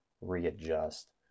readjust